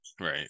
Right